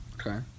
Okay